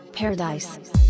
paradise